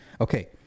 Okay